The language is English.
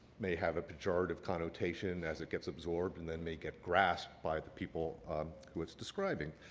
may have a pejorative connotation as it gets absorbed, and then may get grasped by the people who it's describing.